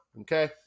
okay